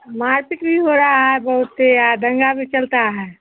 मारपीट भी हो रहा है बहुते आ दंगा भी चलता है